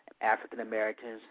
African-Americans